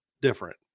different